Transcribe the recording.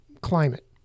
climate